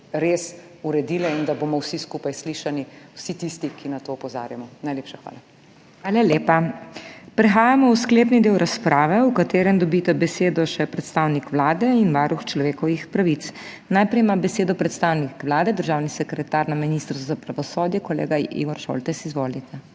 res uredile in da bomo vsi skupaj slišani, vsi tisti, ki na to opozarjamo. Najlepša hvala. PODPREDSEDNICA MAG. MEIRA HOT: Hvala lepa. Prehajamo v sklepni del razprave, v katerem dobita besedo še predstavnik Vlade in varuh človekovih pravic. Najprej ima besedo predstavnik Vlade državni sekretar na Ministrstvu za pravosodje kolega Igor Šoltes. Izvolite.